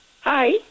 Hi